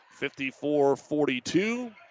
54-42